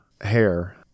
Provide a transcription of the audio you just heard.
hair